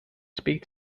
speak